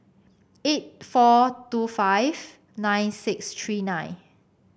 eight four two five nine six three nine